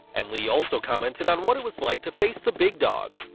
and lee also commented on what it was like to face the big dog.